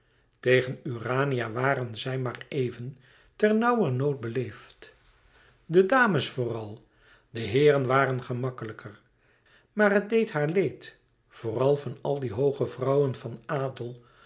tegen urania waren zij maar even ter nauwernood beleefd de dames vooral de heeren waren gemakkelijker maar het deed haar leed vooral van al die hooge vrouwen van adel